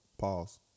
Pause